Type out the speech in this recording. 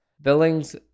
Billings